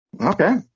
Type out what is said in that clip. Okay